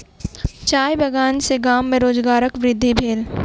चाय बगान सॅ गाम में रोजगारक वृद्धि भेल